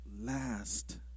Last